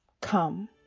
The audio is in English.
come